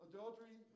Adultery